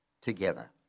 together